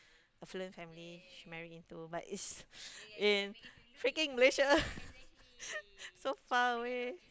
affluent family she married into but is in freaking Malaysia so far away